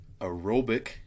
aerobic